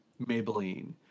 Maybelline